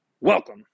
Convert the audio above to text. Welcome